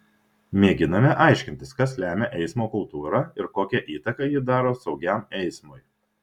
mėginame aiškintis kas lemia eismo kultūrą ir kokią įtaką ji daro saugiam eismui